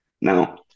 Now